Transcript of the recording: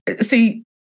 See